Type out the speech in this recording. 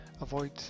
avoid